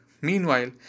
Meanwhile